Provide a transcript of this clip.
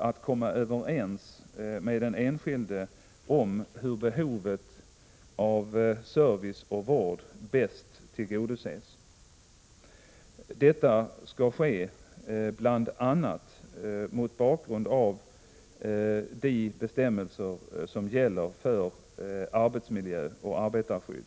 att komma överens med den enskilde om hur behovet av service och vård bäst tillgodoses. Detta skall ske bl.a. mot bakgrund av de bestämmelser som gäller för arbetsmiljö och arbetarskydd.